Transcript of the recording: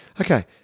Okay